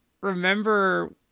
remember